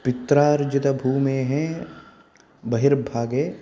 पित्रार्जित भूमेः बहिर्भागे